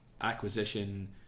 Acquisition